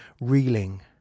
reeling